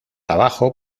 abajo